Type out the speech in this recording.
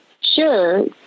Sure